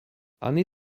ani